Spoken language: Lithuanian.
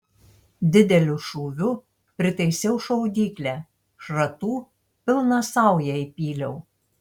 dideliu šūviu pritaisiau šaudyklę šratų pilną saują įpyliau